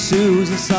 Susan